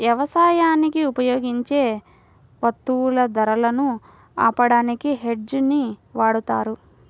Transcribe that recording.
యవసాయానికి ఉపయోగించే వత్తువుల ధరలను ఆపడానికి హెడ్జ్ ని వాడతారు